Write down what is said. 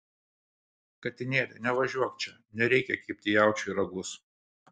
katinėli nevažiuok čia nereikia kibti jaučiui į ragus